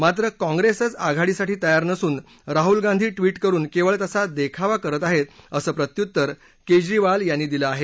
मात्र काँग्रेसच आघाडीसाठी तयार नसून राहुल गांधी ट्विट करुन केवळ तसा देखावा करत आहेत असं प्रत्युत्तर केजरीवाल यांनी दिलं आहे